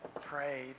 prayed